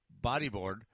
bodyboard